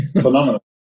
Phenomenal